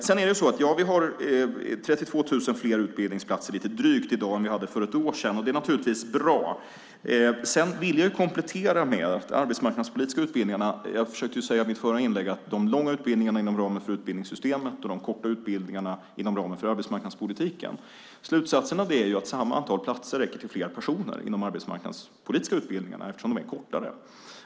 Vi har lite drygt 32 000 fler utbildningsplatser i dag än vi hade för ett år sedan. Det är naturligtvis bra. Jag försökte säga i mitt förra inlägg att de långa utbildningarna sker inom ramen för utbildningssystemet och de korta inom ramen för arbetsmarknadspolitiken. Slutsatsen av det är att samma antal platser räcker till fler personer inom de arbetsmarknadspolitiska utbildningarna, eftersom de är kortare.